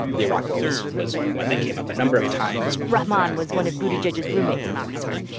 the iraq war was was one that came up a number of times rahman was one of buttigieg's roommates in oxford.